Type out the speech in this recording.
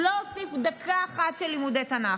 הוא לא הוסיף דקה אחת של לימודי תנ"ך.